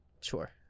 Sure